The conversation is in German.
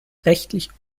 rechtlich